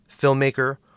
filmmaker